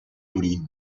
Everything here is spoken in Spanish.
turín